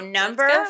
number